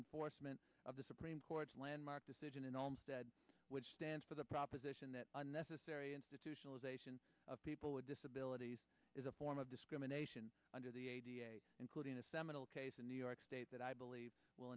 enforcement of the supreme court's landmark decision in almost ad which stands for the proposition that unnecessary institutionalization of people with disabilities is a form of discrimination under the including a seminal case in new york state that i believe w